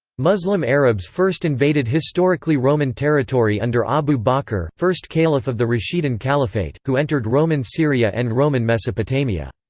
muslim arabs first invaded historically roman territory under abu bakr, first caliph of the rashidun caliphate, who entered roman syria and roman mesopotamia.